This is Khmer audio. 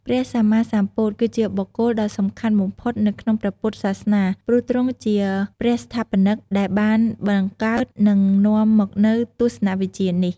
ព្រះសម្មាសម្ពុទ្ធ គឺជាបុគ្គលដ៏សំខាន់បំផុតនៅក្នុងព្រះពុទ្ធសាសនា ព្រោះទ្រង់ជា ព្រះសង្ថាបនិក ដែលបានបង្កើត និងនាំមកនូវទស្សនវិជ្ជានេះ។